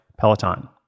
Peloton